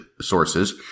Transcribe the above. sources